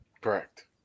Correct